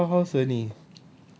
then how how how's erni